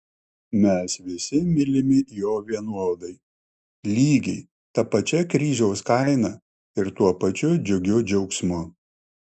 mes visi mylimi jo vienodai lygiai ta pačia kryžiaus kaina ir tuo pačiu džiugiu džiaugsmu